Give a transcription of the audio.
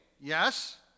yes